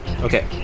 Okay